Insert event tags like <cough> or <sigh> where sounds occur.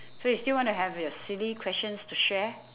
<breath> so you still want to have your silly questions to share